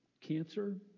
cancer